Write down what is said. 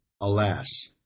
Alas